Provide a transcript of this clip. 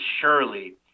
surely